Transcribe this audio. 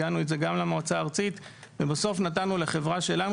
הגענו עם זה גם למועצה הארצית ובסוף נתנו לחברה שלנו